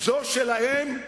זו שלהם,